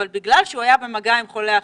בגלל שהוא היה במגע עם חולה אחר,